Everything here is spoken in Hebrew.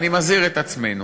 אני מזהיר את עצמנו